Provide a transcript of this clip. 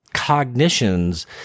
cognitions